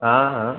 हाँ हाँ